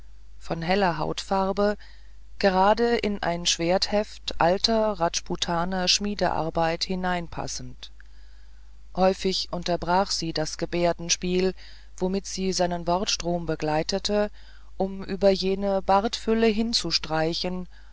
von heller hautfarbe gerade in ein schwertheft alter rajputaner schmiedearbeit hineinpassend häufig unterbrach sie das geberdenspiel womit sie seinen wortstrom begleitete um über jene bartfülle hinzustreichen